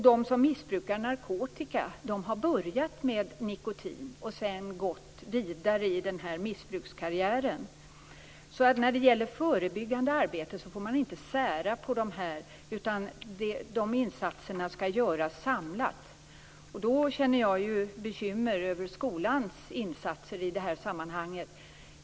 De som missbrukar narkotika har börjat med nikotin och sedan gått vidare i sin missbrukskarriär. När det gäller förebyggande arbete får man alltså inte sära på dessa olika missbruk, utan insatserna skall göras samlat. Därför är jag bekymrad över skolans insatser i det här sammanhanget.